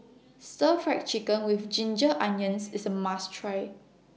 Stir Fry Chicken with Ginger Onions IS A must Try